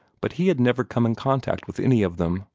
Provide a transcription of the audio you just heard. but he had never come in contact with any of them,